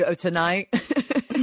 Tonight